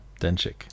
Denchik